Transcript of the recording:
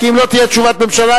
כי אם לא תהיה תשובת הממשלה,